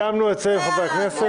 סיימנו את סבב חברי הכנסת.